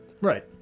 Right